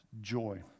joy